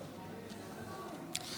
חבר הכנסת יוראי להב הרצנו, בבקשה.